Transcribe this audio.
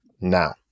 now